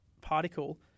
particle